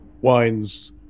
wines